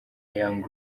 young